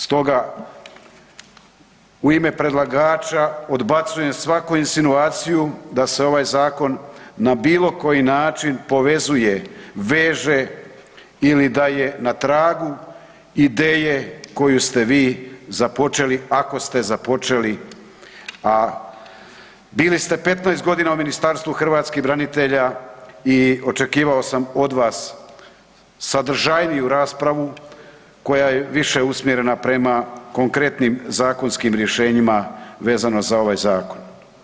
Stoga u ime predlagača odbacujem svaku insinuaciju da se ovaj zakon na bilo koji način povezuje, veže ili da je na tragu ideje koju ste vi započeli ako ste započeli, a bili ste 15 godina u Ministarstvu hrvatskih branitelja i očekivao sam od vas sadržajniju raspravu koja je više usmjerena prema konkretnim zakonskim rješenjima vezanim za ovaj zakon.